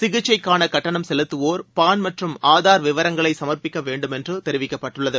சிகிச்சைக்கான கட்டணம் செலுத்துவோர் பான் மற்றும் ஆதார் விவரங்களை சம்ப்பிக்க வேண்டும் என்றும் தெரிவிக்கப்பட்டுள்ளது